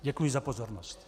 Děkuji za pozornost.